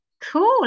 Cool